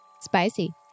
Spicy